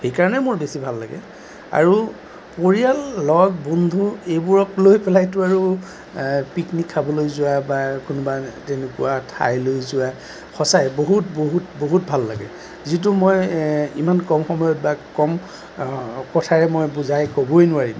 সেইকাৰণেই মোৰ বেছি ভাল লাগে আৰু পৰিয়াল লগ বন্ধু এইবোৰক লৈ পেলাইতো আৰু পিকনিক খাবলৈ যোৱা বা কোনোবা তেনেকুৱা ঠাইলৈ যোৱা সঁচাই বহুত বহুত বহুত ভাল লাগে যিটো মই ইমান কম সময়ত বা কম কথাৰে মই বুজাই ক'বই নোৱাৰিম